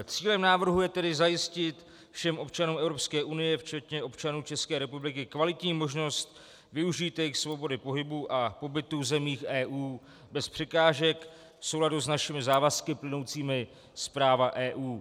Cílem návrhu je tedy zajistit všem občanům Evropské unie včetně občanů České republiky kvalitní možnost využít jejich svobody pohybu a pobytu v zemích EU bez překážek v souladu s našimi závazky plynoucími z práva EU.